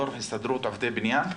ראש הסתדרות עובדי בניין,